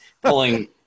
pulling